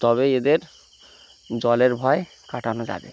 তবে এদের জলের ভয় কাটানো যাবে